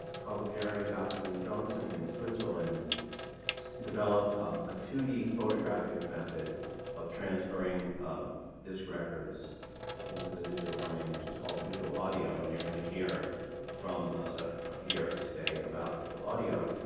cavaglieri, babst and johnsen in switzerland and developed a two d photographic method of transferring disc records into the digital domain, which is called the visual audio and you're going to hear from stefano here today about visual audio.